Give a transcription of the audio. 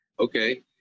Okay